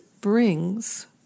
brings